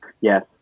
Yes